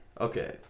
Okay